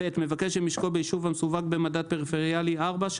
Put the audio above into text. מבקש שמשקו ביישוב המסווג במדד פריפריאלי 4,